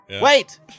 Wait